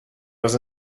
was